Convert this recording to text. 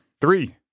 Three